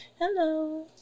Hello